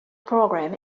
program